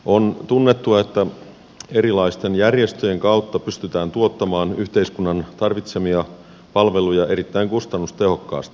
on tunnettua että erilaisten järjestöjen kautta pystytään tuottamaan yhteiskunnan tarvitsemia palveluja erittäin kustannustehokkaasti